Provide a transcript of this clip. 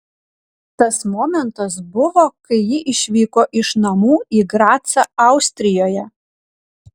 tas momentas buvo kai ji išvyko iš namų į gracą austrijoje